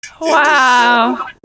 Wow